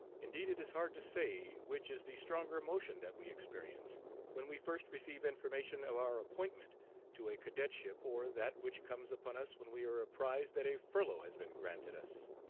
indeed it is hard to say which is the stronger emotion that we experience when we first receive information of our appointment to a cadetship, or that which comes upon us when we are apprised that a furlough has been granted us.